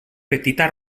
petita